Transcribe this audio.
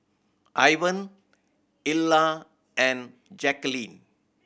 Ivan Ilah and Jaqueline